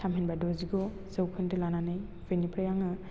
थामहिनबा द'जिगु जौखोन्दो लानानै बेनिफ्राइ आङो